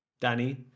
danny